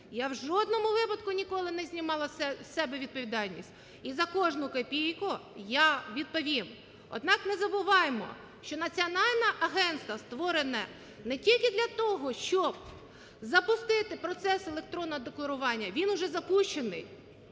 я в жодному випадку ніколи не знімала з себе відповідальність і за кожну копійку я відповім. Однак не забуваймо, що національне агентство створене не тільки для того, щоб запустити процес електронного декларування, він уже запущений.